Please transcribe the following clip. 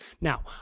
Now